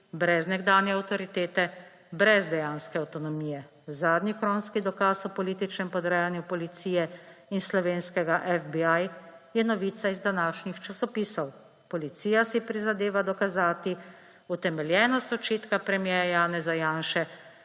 brez nekdanje avtoritete, brez dejanske avtonomije. Zadnji kronski dokaz o političnem podrejanju policije in slovenskega FBI je novica iz današnjih časopisov – Policija si prizadeva dokazati utemeljenost očitka premierja Janeza Janše,